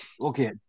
Okay